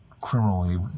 criminally